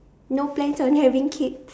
no plans on having kids